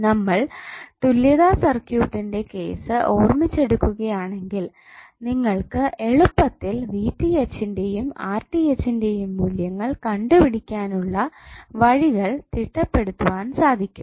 നമ്മൾ തുല്യതാ സർക്യൂട്ടിന്റെ കേസ് ഓർമ്മിച്ചെടുക്കുകയാണെങ്കിൽ നിങ്ങൾക് എളുപ്പത്തിൽ ന്റെയും ന്റെയും മൂല്യങ്ങൾ കണ്ടു പിടിക്കാൻ ഉള്ള വഴികൾ തിട്ടപ്പെടുത്തുവാൻ സാധിക്കും